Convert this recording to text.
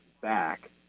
back